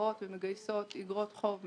שבאות ומגייסות אגרות חוב מהציבור.